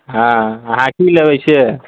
हँ अहाँ की लेबै से